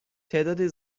تعدادی